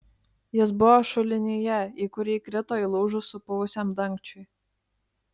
jis buvo šulinyje į kurį įkrito įlūžus supuvusiam dangčiui